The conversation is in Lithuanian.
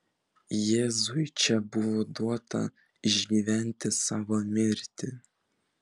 jėzui čia buvo duota išgyventi savo mirtį